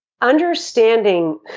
understanding